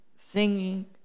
singing